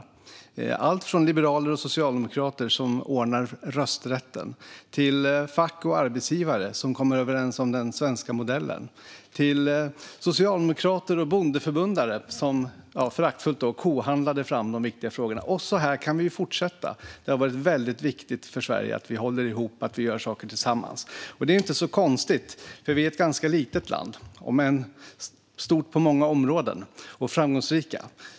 Det kan handla om alltifrån liberaler och socialdemokrater som ordnar rösträtten till fack och arbetsgivare som kommer överens om den svenska modellen eller socialdemokrater och bondeförbundare som - föraktfullt, då - kohandlade fram de viktiga frågorna. Och så här kan vi fortsätta. Det har varit väldigt viktigt för Sverige att vi håller ihop och gör saker tillsammans. Det är inte så konstigt, för vi är ett ganska litet land - om än stort på många områden, och framgångsrikt.